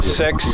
six